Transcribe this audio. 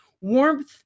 warmth